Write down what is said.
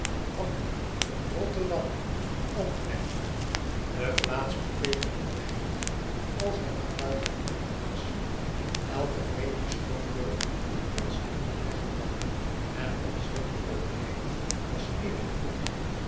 hamburg rotterdam antwerpen de plaats beteekende weinig als hij maar buiten engeland was elke vreemde stoomboot die ons in den weg kwam en ons wilde opnemen was evengoed